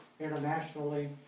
internationally